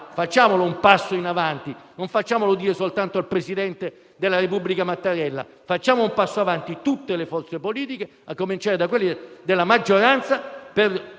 Facciamo un passo in avanti, non facciamolo dire soltanto al presidente della Repubblica Mattarella. Facciamo, tutte le forze politiche, a cominciare da quelle di maggioranza, un